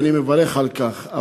ואני מברך על כך.